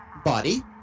body